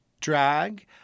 drag